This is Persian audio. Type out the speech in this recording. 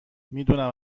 میدونم